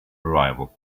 arrival